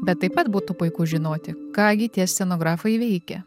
bet taip pat būtų puiku žinoti ką gi tie scenografai veikia